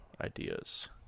ideas